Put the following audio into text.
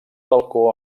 balcó